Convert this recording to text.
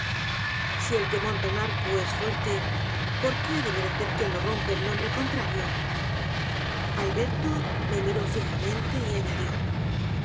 sí el que monta un arco es fuerte por qué ha de merecer quien lo rompe el nombre contrario alberto me miró fijamente y añadió